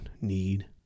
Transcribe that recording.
need